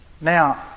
Now